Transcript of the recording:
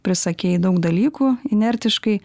prisakei daug dalykų inertiškai